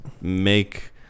make